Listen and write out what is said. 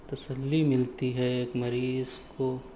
تسلی ملتی ہے ایک مریض کو